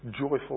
joyful